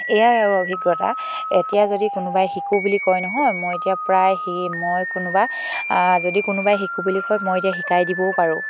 এয়াই আৰু অভিজ্ঞতা এতিয়া যদি কোনোবাই শিকোঁ বুলি কয় নহয় মই এতিয়া প্ৰায় সেই মই কোনোবা যদি কোনোবাই শিকোঁ বুলি কয় মই এতিয়া শিকাই দিবও পাৰোঁ